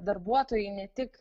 darbuotojai ne tik